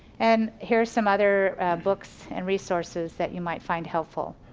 and here are some other books and resources that you might find helpful.